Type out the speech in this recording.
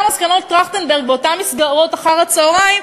מסקנות של ועדת טרכטנברג באותן מסגרות אחר-הצהריים.